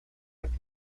with